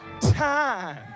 Time